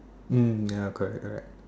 mm ya correct correct